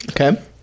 Okay